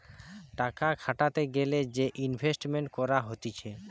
টাকা খাটাতে গ্যালে যে ইনভেস্টমেন্ট করা হতিছে